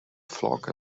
flock